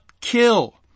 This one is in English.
kill